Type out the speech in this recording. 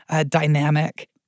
dynamic